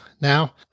Now